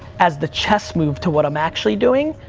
as the chess move to what i'm actually doing.